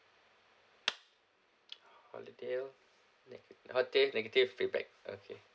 holiday negat~ holiday negative feedback okay